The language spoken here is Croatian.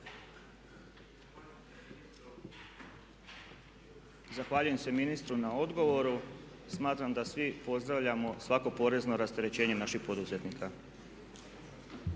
Zahvaljujem se ministru na odgovoru. Smatram da svi pozdravljamo svako porezno rasterećenje naših poduzetnika.